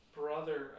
brother